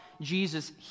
Jesus